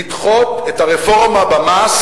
לדחות את הרפורמה במס